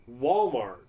Walmart